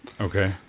Okay